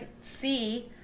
see